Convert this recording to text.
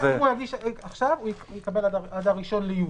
אם הוא יגיש עכשיו, הוא יקבל עד ה-1 ביולי.